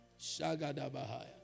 Shagadabahaya